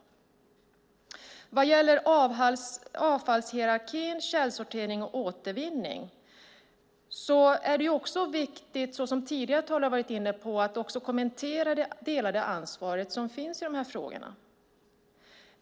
När det gäller avfallshierarki, källsortering och återvinning är det viktigt att kommentera det delade ansvar som finns för dessa frågor.